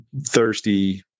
thirsty